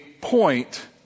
point